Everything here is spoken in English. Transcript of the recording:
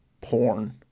porn